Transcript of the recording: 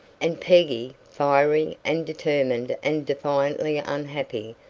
and peggy, fiery and determined and defiantly unhappy,